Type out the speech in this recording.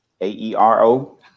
A-E-R-O